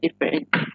different